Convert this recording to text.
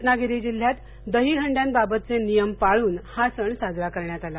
रत्नागिरी जिल्ह्यात दहीहंड्यांबाबतचे नियम पाळून हा सण साजरा करण्यात आला